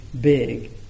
big